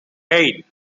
eight